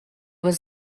was